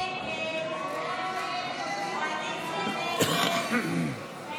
הסתייגות 21 לא נתקבלה.